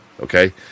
okay